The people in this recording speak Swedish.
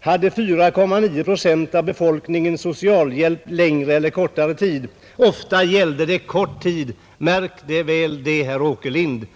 hade 4,9 procent av befolkningen socialhjälp längre eller kortare tid. Ofta gällde det kort tid — märk det, herr Åkerlind!